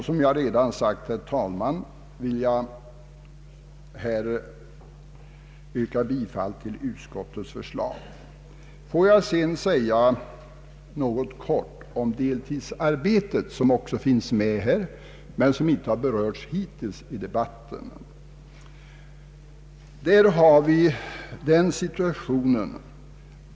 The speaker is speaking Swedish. Som jag redan har sagt, herr talman, vill jag yrka bifall till utskottets förslag. Låt mig dock med några få ord beröra frågan om deltidsarbetet, en fråga som också behandlas i utskottsutlåtandet men som hittills inte har berörts i debatten.